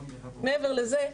מעבר לזה,